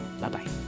Bye-bye